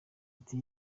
ati